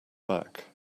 back